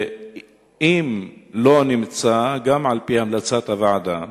ואם לא נמצא גם על-פי המלצת הוועדה,